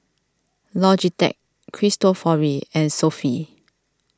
Logitech Cristofori and Sofy